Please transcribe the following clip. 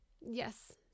yes